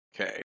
Okay